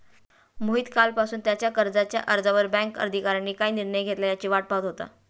मोहित कालपासून त्याच्या कर्जाच्या अर्जावर बँक अधिकाऱ्यांनी काय निर्णय घेतला याची वाट पाहत होता